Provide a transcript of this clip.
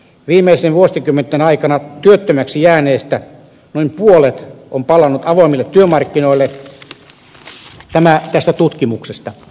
viimeisten vuosikymmenten aikana työttömäksi jääneistä noin puolet on palannut avoimille työmarkkinoille selviää tästä tutkimuksesta